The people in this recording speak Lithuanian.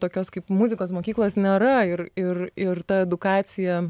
tokios kaip muzikos mokyklos nėra ir ir ir ta edukacija